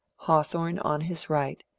haw thorne on his right,